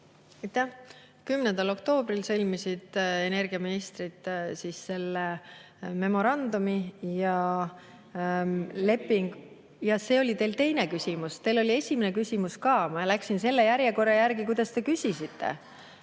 10. oktoobril sõlmisid energiaministrid selle memorandumi. Ja leping ... (Hääl saalist.) Jah, see oli teil teine küsimus. Teil oli esimene küsimus ka. Ma läksin selle järjekorra järgi, kuidas te küsisite.